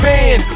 Man